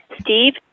Steve